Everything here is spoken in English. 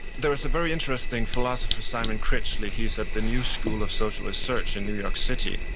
there's a very interesting philosopher, simon critchley. he's at the new school of social research in new york city,